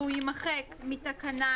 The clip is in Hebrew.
והוא יימחק מתקנה